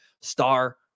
star